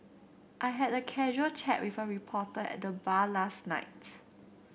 I had a casual chat with a reporter at the bar last night